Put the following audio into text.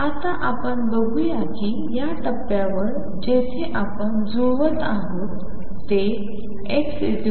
आता आपण बघूया की या टप्प्यावर जेथे आपण जुळवत आहोत ते xx0आहे